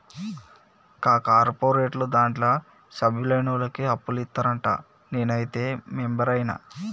కా కార్పోరేటోళ్లు దాంట్ల సభ్యులైనోళ్లకే అప్పులిత్తరంట, నేనైతే మెంబరైన